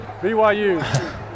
BYU